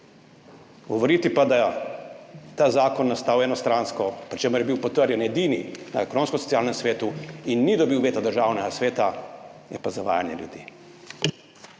Govoriti pa, da je ta zakon nastal enostransko, pri čemer je bil edini potrjen na Ekonomsko-socialnem svetu in ni dobil veta Državnega sveta, je pa zavajanje ljudi.